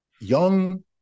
young